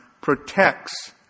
protects